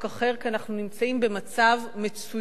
כי אנחנו נמצאים במצב מצוין ותקדימי,